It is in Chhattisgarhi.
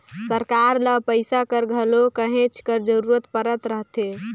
सरकार ल पइसा कर घलो कहेच कर जरूरत परत रहथे